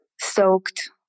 soaked